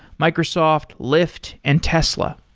microsoft, lyft and tesla.